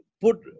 put